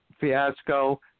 fiasco